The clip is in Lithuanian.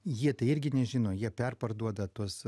jie irgi nežino jie perparduoda tuos